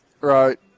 Right